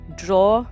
draw